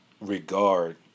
regard